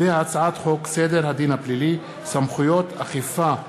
הצעת חוק סדר הדין הפלילי (סמכויות אכיפה,